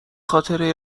خاطره